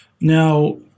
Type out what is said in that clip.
Now